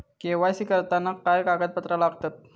KYC करताना काय कागदपत्रा लागतत?